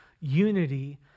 unity